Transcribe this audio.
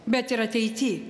bet ir ateity